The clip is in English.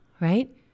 right